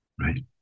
right